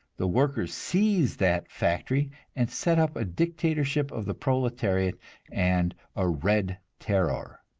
the workers seize that factory and set up a dictatorship of the proletariat and a red terror.